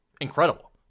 incredible